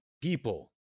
people